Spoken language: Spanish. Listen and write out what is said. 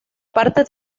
parte